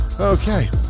okay